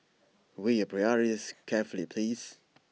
weigh your priorities carefully please